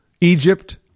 Egypt